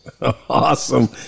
Awesome